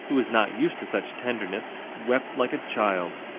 who was not used to such tenderness, wept like a child.